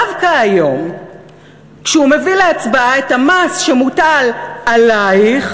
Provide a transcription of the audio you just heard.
דווקא היום כשהוא מביא להצבעה את המס שמוטל עלייך,